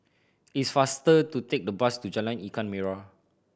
it's faster to take the bus to Jalan Ikan Merah